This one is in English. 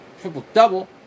triple-double